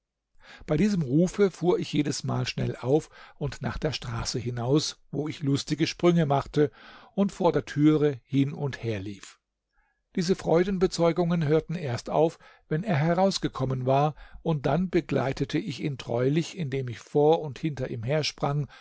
bei diesem rufe fuhr ich jedesmal schnell auf und nach der straße hinaus wo ich lustige sprünge machte und vor der türe hin und her lief diese freudenbezeugungen hörten erst auf wenn er herausgekommen war und dann begleitete ich ihn treulich indem ich vor und hinter ihm hersprang